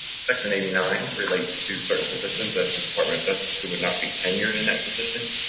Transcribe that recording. section eighty nine relates to certain positions at the department of justice who would not be tenured in that position,